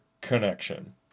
connection